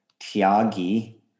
Tiagi